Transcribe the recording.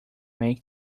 make